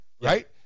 right